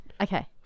Okay